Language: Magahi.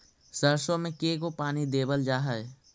सरसों में के गो पानी देबल जा है?